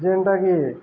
ଯେନ୍ଟାକିି